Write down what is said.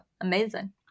Amazing